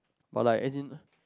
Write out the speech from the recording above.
but like as in